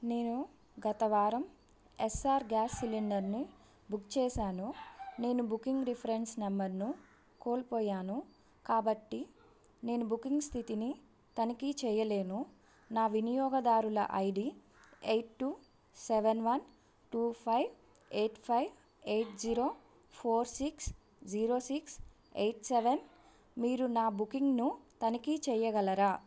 నేను గత వారం ఎస్ ఆర్ గ్యాస్ సిలిండర్ను బుక్ చేసాను నేను నా బుకింగ్ రిఫరెన్స్ నంబర్ను కోల్పోయాను కాబట్టి నేను బుకింగ్ స్థితిని తనిఖీ చేయలేను నా వినియోగదారుల I D eight two seven one two five eight five eight zero four six zero six eight seven మీరు నా బుకింగ్ను తనిఖీ చేయగలరా